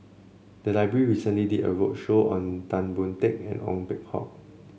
the library recently did a roadshow on Tan Boon Teik and Ong Peng Hock